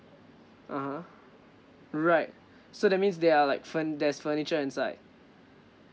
(uh huh) right so that means they are like furn~ there's furniture inside